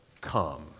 come